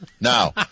Now